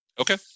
Okay